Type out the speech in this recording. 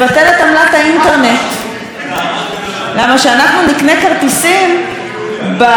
למה כשאנחנו נקנה כרטיסים בקולנועים של משה אדרי,